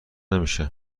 نمیشه